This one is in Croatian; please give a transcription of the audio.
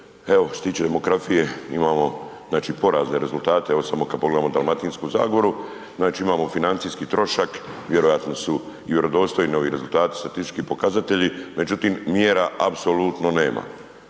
što se demografije imamo znači porazne rezultate, evo samo kad pogledamo Dalmatinsku zagoru, znači imamo financijski trošak, vjerojatno su i vjerodostojni ovi rezultati statistički, pokazatelji, međutim mjera apsolutno nema.